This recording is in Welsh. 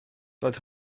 doedd